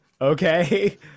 okay